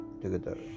together